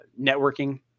networking